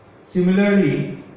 Similarly